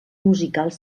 musicals